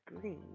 green